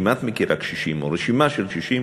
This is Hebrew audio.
אם את מכירה קשישים או רשימה של קשישים,